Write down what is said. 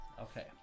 Okay